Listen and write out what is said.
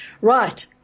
Right